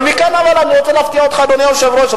אבל מכאן אני רוצה להפתיע אותך, אדוני היושב-ראש.